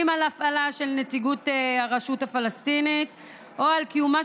על הפעלה של נציגות הרשות הפלסטינית או על קיומה